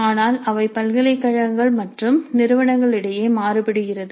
ஆனால் அவை பல்கலைக்கழகங்கள் மற்றும் நிறுவனங்கள் இடையே மாறுபடுகிறது